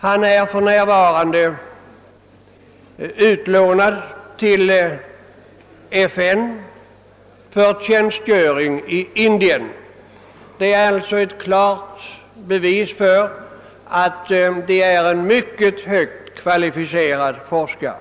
Han är för närvarande utlånad till FN för tjänstgöring i Indien, ett klart bevis för att det är fråga om en mycket högt kvalificerad forskare.